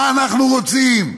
מה אנחנו רוצים?